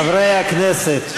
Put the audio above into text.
חברי הכנסת.